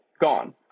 gone